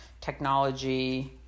technology